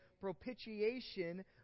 propitiation